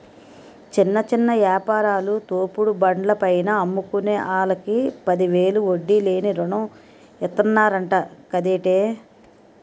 చిన్న చిన్న యాపారాలు, తోపుడు బండ్ల పైన అమ్ముకునే ఆల్లకి పదివేలు వడ్డీ లేని రుణం ఇతన్నరంట కదేటి